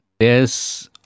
Yes